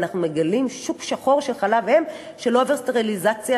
ואנחנו מגלים שוק שחור של חלב אם שלא עובר סטריליזציה,